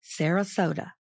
Sarasota